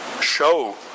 show